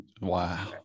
wow